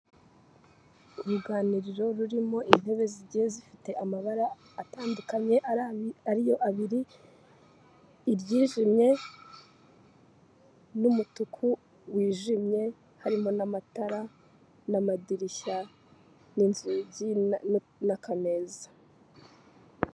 Uruganiriro rurimo intebe zigiye zifite amabara atandukanye ariyo abiri iryijimye n'umutuku wijimye, harimo n'amatara n'amadirishya n'inzugi n'akameza.